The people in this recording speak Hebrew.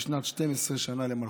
בשנת ה-12 למלכותו.